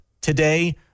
Today